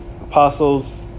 Apostles